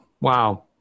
Wow